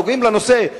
הנוגעים בנושא,